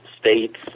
states